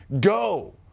Go